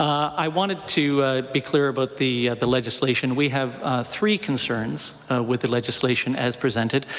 i wanted to be clear about the the legislation. we have three concerns with the legislation as presented.